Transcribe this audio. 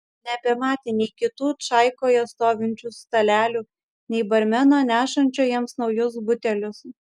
nebematė nei kitų čaikoje stovinčių stalelių nei barmeno nešančio jiems naujus butelius